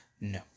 No